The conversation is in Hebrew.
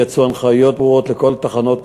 יצאו הנחיות ברורות לכל תחנות המשטרה,